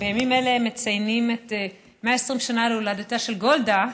בימים אלה מציינים 120 שנה להולדתה של גולדה,